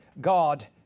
God